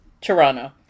toronto